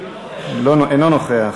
אינו נוכח.